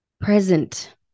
present